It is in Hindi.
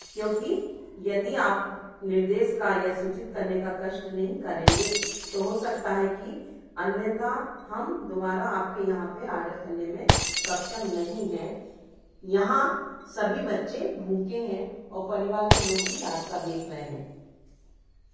क्योंकि यदि आप निर्देश का या सूचित करने का कष्ट नहीं करेंगे तो हो सकता है कि अन्यथा हम दोबारा आपके यहाँ पे ऑर्डर करने में सक्षम नहीं हैं यहाँ सभी बच्चे भूखे हैं और परिवार के लोग भी रास्ता देख रहे हैं